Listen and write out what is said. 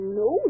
no